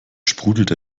sprudelte